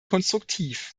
konstruktiv